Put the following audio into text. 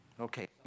Okay